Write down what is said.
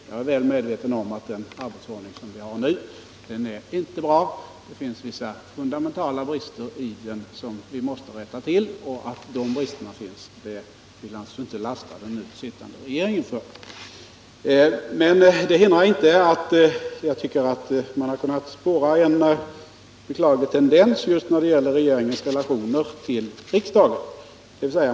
Jag är väl medveten om att den arbetsordning som vi har nu inte är bra. Det finns vissa fundamentala brister i den som vi måste rätta till. De bristerna skall vi naturligtvis inte lasta den nu sittande regeringen för. Det hindrar inte att jag tycker att man har kunnat spåra en beklaglig tendens just när det gäller regeringens relationer till riksdagen.